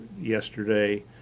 yesterday